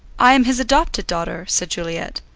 i am his adopted daughter, said juliet.